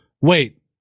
Wait